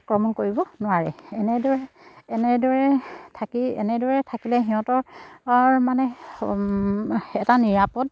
আক্ৰমণ কৰিব নোৱাৰে এনেদৰে এনেদৰে থাকি এনেদৰে থাকিলে সিহঁতৰ মানে এটা নিৰাপদ